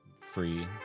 free